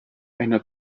eine